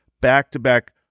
back-to-back